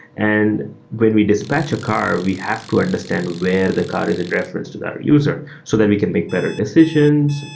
and when we dispatch a car, we have to understand where the car is in reference to that user so that we can make better decisions.